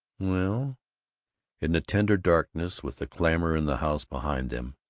well in the tender darkness, with the clamor in the house behind them,